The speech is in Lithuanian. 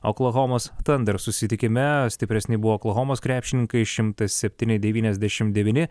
oklahomos tander susitikime stipresni buvo oklahomos krepšininkai šimtas septyni devyniasdešim devyni